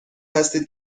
هستید